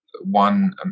one